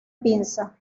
pinza